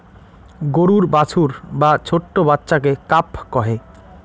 গরুর বাছুর বা ছোট্ট বাচ্চাকে কাফ কহে